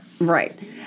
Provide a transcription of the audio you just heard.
Right